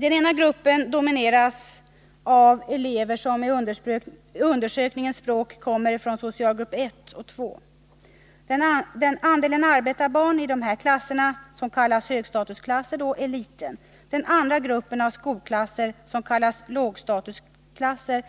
Den ena gruppen domineras av elever som, med undersökningens språk, kommer från socialgrupperna 1 och 2. Andelen arbetarbarn i dessa klasser, som kallas högstatusklasser, är liten. Den andra gruppen av skolklasser, som kallas lågstatusklasser,